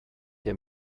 der